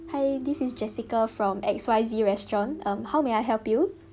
hi this is jessica from X_Y_Z restaurant um how may I help you